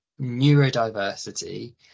neurodiversity